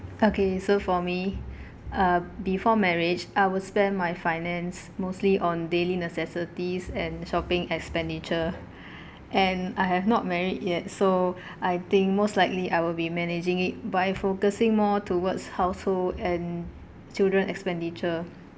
okay so for me uh before marriage I will spend my finance mostly on daily necessities and shopping expenditure and I have not married yet so I think most likely I will be managing it by focusing more towards household and children expenditure